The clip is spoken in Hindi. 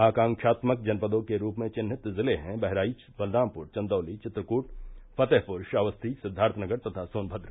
आकांक्वात्मक जनपदों के रूप में चिन्हित जिले हैं बहराइच बलरामपुर चन्दौली चित्रकूट फतेहपुर श्रावस्ती सिद्वार्थनगर तथा सोनभद्र